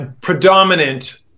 predominant